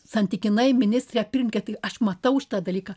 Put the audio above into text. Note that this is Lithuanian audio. santykinai ministre pirmke tai aš matau šitą dalyką